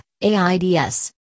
AIDS